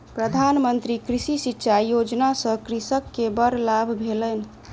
प्रधान मंत्री कृषि सिचाई योजना सॅ कृषक के बड़ लाभ भेलैन